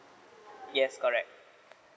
yes correct